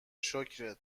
شکرت